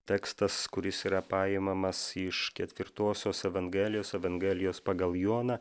tekstas kuris yra paimamas iš ketvirtosios evangelijos evangelijos pagal joną